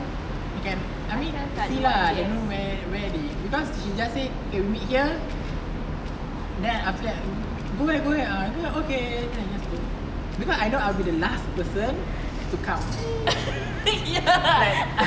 I fell kat M_B_S